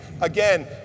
again